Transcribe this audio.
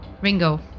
Ringo